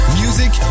music